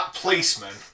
policeman